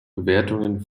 bewertungen